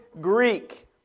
Greek